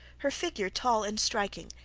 her figure tall and striking,